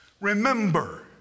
Remember